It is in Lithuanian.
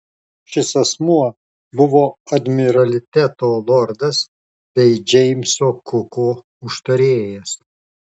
šis asmuo buvo admiraliteto lordas bei džeimso kuko užtarėjas